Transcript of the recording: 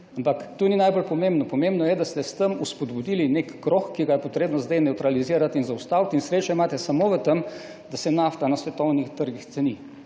Ampak to ni najbolj pomembno. Pomembno je, da ste s tem spodbudili nek krog, ki ga je potrebno zdaj nevtralizirati in zaustaviti in srečo imate samo v tem, da se nafta na svetovnih trgih ceni